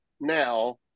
now